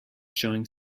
showing